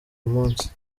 munsi